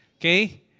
Okay